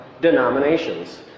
denominations